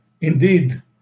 indeed